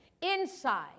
inside